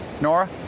Nora